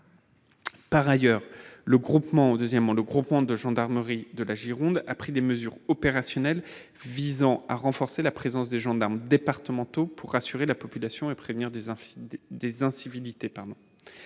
Ensuite, le groupement de gendarmerie départementale de la Gironde a pris des mesures opérationnelles visant à renforcer la présence des gendarmes départementaux pour rassurer la population et prévenir les incivilités.